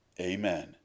Amen